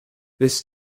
this